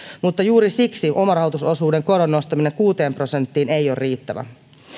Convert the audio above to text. mutta juuri siksi omarahoitusosuuden koron nostaminen kuuteen prosenttiin ei ole riittävä